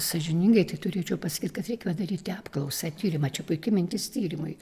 sąžiningai tai turėčiau pasakyt kad reikia daryti apklausą tyrimą čia puiki mintis tyrimui